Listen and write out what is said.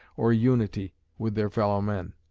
or unity with their fellow-men.